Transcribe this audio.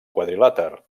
quadrilàter